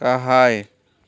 गाहाय